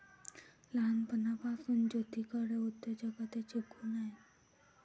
लहानपणापासून ज्योतीकडे उद्योजकतेचे गुण आहेत